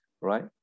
right